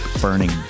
burning